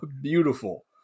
Beautiful